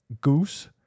goose